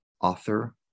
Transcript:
author